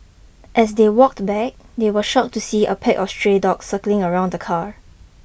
as they walked back they were shocked to see a pack of stray dogs circling around the car